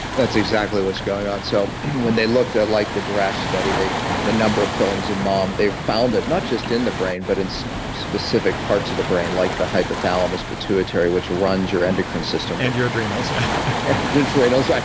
that's exactly what's going on. so and when they looked at, like the duress study, the number of fillings in mom, they found that, not just in the brain but in so specific parts of the brain like the hypothalamus, pituitary, which runs your endocrine system and your adrenals and yeah the adrenals. like